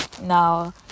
Now